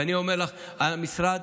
ואני אומר לך, המשרד